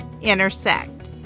intersect